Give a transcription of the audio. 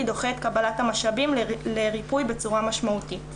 דוחה את קבלת המשאבים לריפוי בצורה משמעותית.